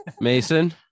Mason